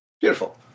Beautiful